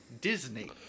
Disney